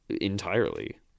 entirely